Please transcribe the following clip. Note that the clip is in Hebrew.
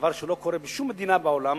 דבר שלא קורה בשום מדינה בעולם,